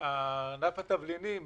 ענף התבלינים